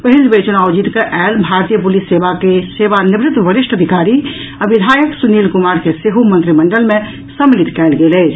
पहिल बेर चुनाव जीतकऽ आयल भारतीय पुलिस सेवा के सेवानिवृत्त वरिष्ठ अधिकारी आ विधायक सुनील कुमार के सेहो मंत्रिमंडल मे सम्मिलित कयल गेल अछि